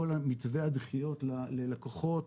כל מתווה הדחיות ללקוחות